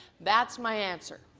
that's my answer.